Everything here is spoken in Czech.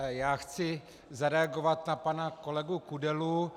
Já chci zareagovat na pana kolegu Kudelu.